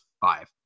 five